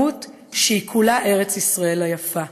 מהות שהיא כולה ארץ ישראל היפה,